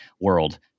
world